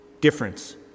difference